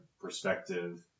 perspective